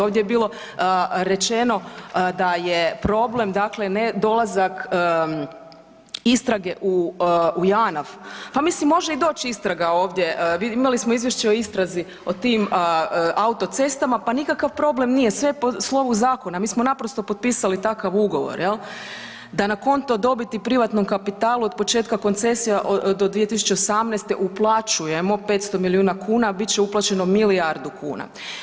Ovdje je bilo rečeno da je problem dakle ne dolazak istrage u JANAF, pa mislim može i doći istraga ovdje, imali smo izvješće o istrazi o tim autocestama pa nikakav problem nije, sve je po slovu zakona, mi smo naprosto potpisali takav ugovor jel, da na konto dobiti privatnom kapitalu od početka koncesija do 2018. uplaćujemo 500 miliona kuna, a bit će uplaćeno milijardu kuna.